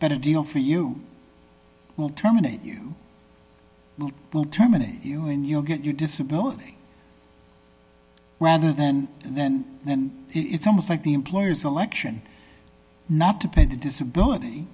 better deal for you will terminate you will terminate you and you'll get your disability rather then then it's almost like the employer's election not to pay the disability